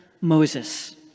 Moses